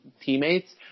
teammates